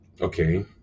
okay